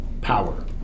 power